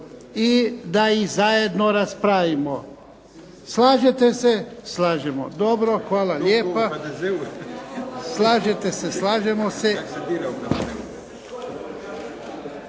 da ih zajedno raspravimo. Slažete se? Slažemo. Dobro, hvala lijepa. Pa prelazimo na